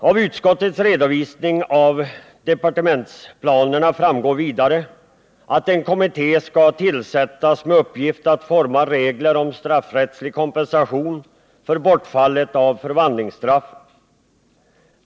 Av utskottets redovisning av departementets planer framgår vidare att en kommitté :skall tillsättas med uppgift att utforma regler om straffrättslig kompensation för bortfallet av förvandlingsstraffet.